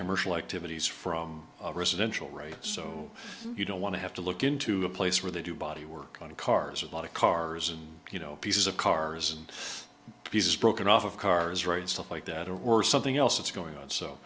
commercial activities from residential right so you don't want to have to look into a place where they do body work on cars a lot of cars and you know pieces of cars and pieces broken off of cars right and stuff like that or something else that's going